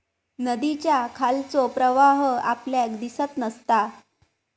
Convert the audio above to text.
नदीच्या खालचो प्रवाह आपल्याक दिसत नसता